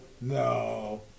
No